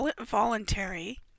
voluntary